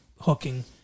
hooking